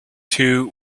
two